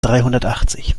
dreihundertachtzig